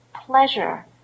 pleasure